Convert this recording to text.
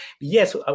yes